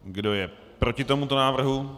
Kdo je proti tomuto návrhu?